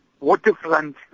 Waterfront